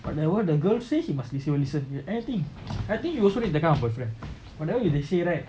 but what the girl say he must listen everything I think you also need that kind of boyfriend whatever they say right